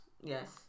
yes